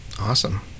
awesome